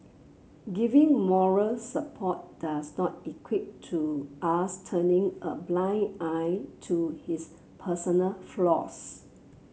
giving moral support does not equate to us turning a blind eye to his personal flaws